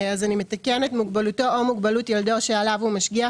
אז אני מתקנת: "מוגבלותו או מוגבלות ילדו שעליו הוא משגיח,